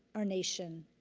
our nation,